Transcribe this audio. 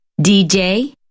DJ